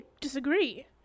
disagree